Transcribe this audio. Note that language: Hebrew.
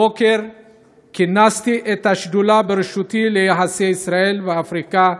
הבוקר כינסתי את השדולה בראשותי ליחסי ישראל ואפריקה,